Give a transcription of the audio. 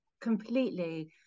Completely